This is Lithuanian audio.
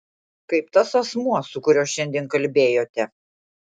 kaip tas asmuo su kuriuo šiandien kalbėjote